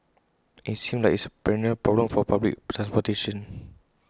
and IT seems like it's A perennial problem for public transportation